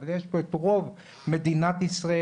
אבל יש פה את רוב מדינת ישראל,